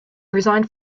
resigned